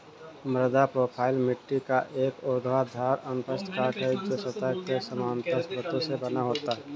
मृदा प्रोफ़ाइल मिट्टी का एक ऊर्ध्वाधर अनुप्रस्थ काट है, जो सतह के समानांतर परतों से बना होता है